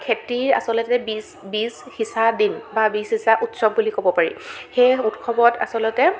খেতিৰ আচলতে বীজ বীজ সিচা দিন বা বীজ সিচা উৎসৱ বুলি ক'ব পাৰি সেই উৎসৱত আচলতে